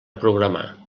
programar